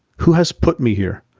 who has put me here?